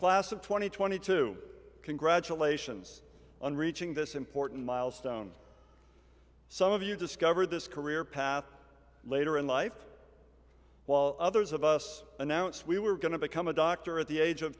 class of twenty twenty two congratulations on reaching this important milestone some of you discovered this career path later in life while others of us announced we were going to become a doctor at the age of